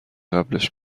قبلش